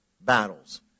battles